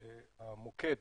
מה שחשוב להראות פה זה שהמוקד